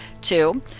Two